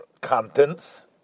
contents